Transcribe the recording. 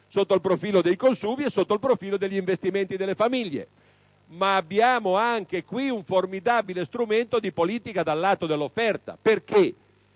sotto il profilo dei consumi e sotto il profilo degli investimenti delle famiglie. Ma abbiamo anche qui un formidabile strumento di politica dal lato dell'offerta.